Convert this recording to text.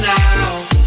now